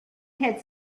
had